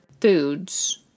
foods